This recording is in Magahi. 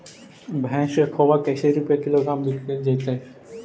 भैस के खोबा कैसे रूपये किलोग्राम बिक जइतै?